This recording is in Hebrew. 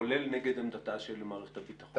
כולל נגד עמדתה של מערכת הביטחון.